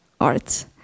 art